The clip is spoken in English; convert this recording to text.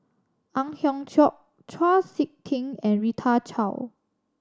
Ang Hiong Chiok Chau Sik Ting and Rita Chao